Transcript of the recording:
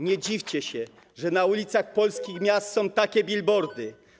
Nie dziwcie się, że na ulicach polskich miast są takie bilbordy.